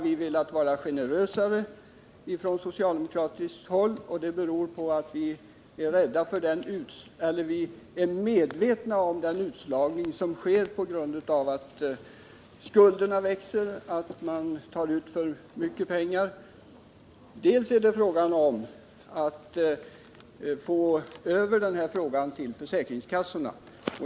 Vi har från socialdemokratiskt håll velat vara generösa, vilket beror på att vi är medvetna om den utslagning som sker på grund av att skulderna växer, att man tar ut för mycket pengar. Dels måste frågan om återkrav föras över till försäkringskassorna.